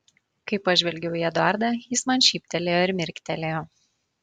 kai pažvelgiau į eduardą jis man šyptelėjo ir mirktelėjo